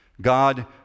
God